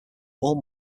all